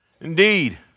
Indeed